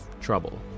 trouble